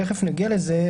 תיכף נגיע לזה,